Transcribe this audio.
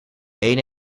ene